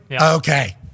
Okay